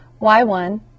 y1